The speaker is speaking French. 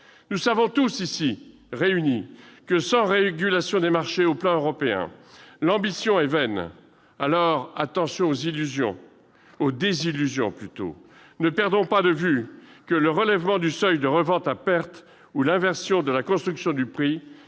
Nous savons tous ici que, sans régulation des marchés au plan européen, l'ambition est vaine. Alors, attention aux désillusions ! Ne perdons pas de vue que le relèvement du seuil de revente à perte ou encore l'inversion de la construction du prix